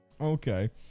Okay